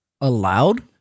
allowed